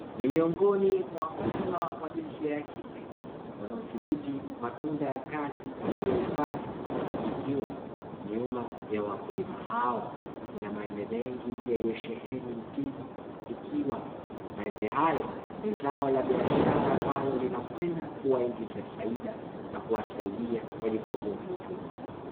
Miongoni MWA wakulima wa jinsia ya kike, wanaothibiti matunda ya kazi walioifanya, ikiwa nyuma ya wakulima hao kuna maembe mengi yaliyosheheni mtini, ikiwa maembe hayo ni zao la biashara ambalo linakwenda kuwaingizia faida na kuwasaidia wajikwamua kiuchumi.